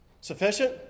sufficient